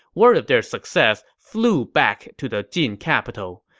word of their success flew back to the jin capital,